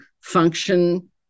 function